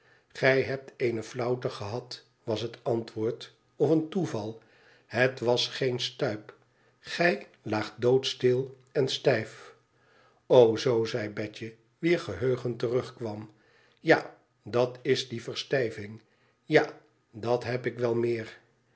tgij hebt eene flauwte gehad was het antwoord of een toeval het was geen stuip gij laagt doodstil tn stijf zoo zei betje wier geheugen terugkwam tja dat is die verstijving ja dat heb ik wel meer